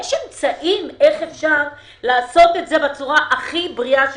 יש אמצעים איך אפשר לעשות את זה בצורה הכי בריאה.